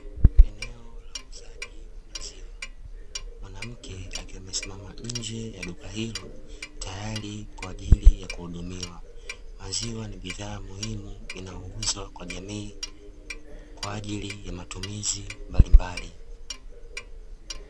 Eneo la uuzaji wa maziwa. Mwanamke akiwa amesimama nje ya duka hilo, tayari kwa ajili ya kuhudumiwa. Maziwa ni bidhaa muhimu inayouzwa kwa jamii kwa ajili ya matumizi mbalimbali.